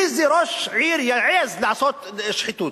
איזה ראש עיר יעז לעשות שחיתות?